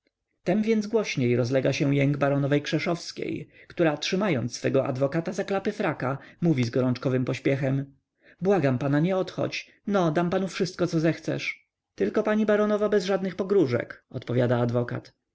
więc głośniej rozlega się jęk baronowej krzeszowskiej która trzymając swego adwokata za klapy fraka mówi z gorączkowym pośpiechem błagam pana nie odchodź no dam panu wszystko co zechcesz tylko pani baronowo bez żadnych pogróżek odpowiada adwokat